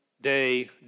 day